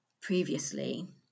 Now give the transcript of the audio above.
previously